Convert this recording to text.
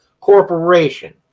corporation